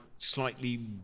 slightly